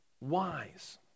wise